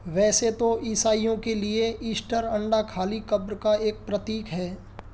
वैसे तो ईसाइयों के लिए ईस्टर अंडा खाली कब्र का एक प्रतीक है